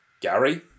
Gary